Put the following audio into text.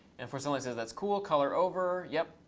and forsunlight says, that's cool! color over. yep,